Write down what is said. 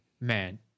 Man